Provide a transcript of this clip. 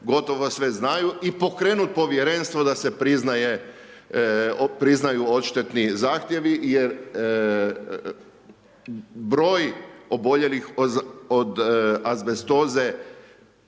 gotovo sve znaju i pokrenuti Povjerenstvo da se priznaju odštetni zahtjevi jer broj oboljelih od azbestoze